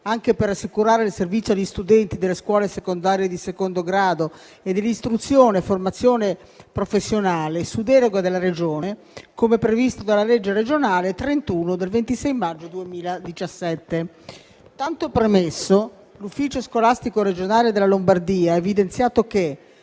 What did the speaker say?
anche per assicurare il servizio agli studenti delle scuole secondarie di secondo grado e dell'istruzione e formazione professionale, su deroga della Regione, come previsto dalla legge regionale n. 31 del 26 maggio 2017. Tanto premesso, l'ufficio scolastico regionale della Lombardia ha evidenziato che,